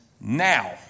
now